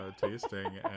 tasting